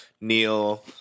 Neil